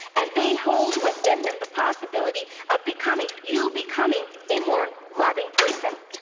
and they hold within them the possibility of becoming, you becoming a more loving person.